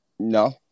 No